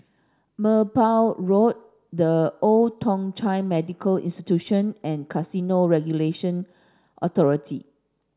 Merbau Road The Old Thong Chai Medical Institution and Casino Regulatory Authority